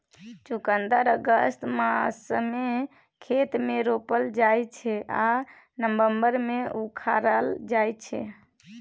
चुकंदर अगस्त मासमे खेत मे रोपल जाइ छै आ नबंबर मे उखारल जाइ छै